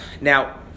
Now